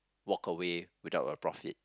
walk away without a profit